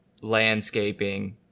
landscaping